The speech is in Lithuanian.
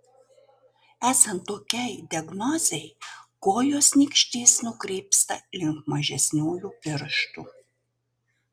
esant tokiai diagnozei kojos nykštys nukrypsta link mažesniųjų pirštų